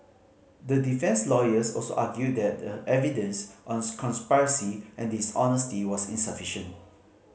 the defence lawyers also argued that the evidence on conspiracy and dishonesty was insufficient